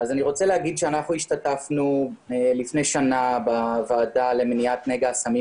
אני רוצה לומר שלפני שנה אנחנו השתתפנו בוועדה למניעת נגע הסמים